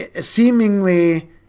seemingly